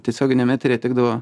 tiesioginiam eteryje tekdavo